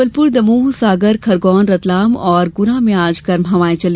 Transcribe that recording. जबलपुर दमोह सागर खरगौन रतलाम और गुना में आज गर्म हवाएं चली